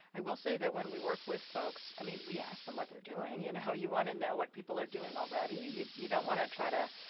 i will say that when we work with folks, i mean, we ask them what they're doing. you know you want know what people are doing already, you don't want to try to